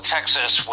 Texas